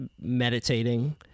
meditating